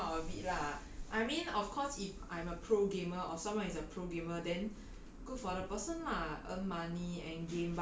and err what good can what good can come out with it lah I mean of course if I'm a pro gamer or someone is a pro gamer then